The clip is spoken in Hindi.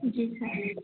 जी सर